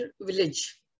village